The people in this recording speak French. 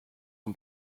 son